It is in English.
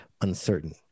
uncertain